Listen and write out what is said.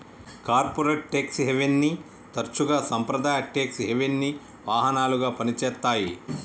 corporate tax హెవెన్ని తరచుగా సాంప్రదాయ ట్యేక్స్ హెవెన్కి వాహనాలుగా పనిచేత్తాయి